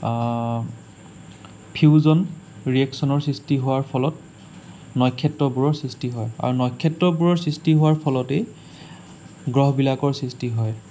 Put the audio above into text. fusion ৰিয়েকচনৰ সৃষ্টি হোৱাৰ ফলত নক্ষত্ৰবোৰৰ সৃষ্টি হয় আৰু নক্ষত্ৰবোৰৰ সৃষ্টি হোৱাৰ ফলতেই গ্ৰহবিলাকৰ সৃষ্টি হয়